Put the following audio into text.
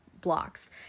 blocks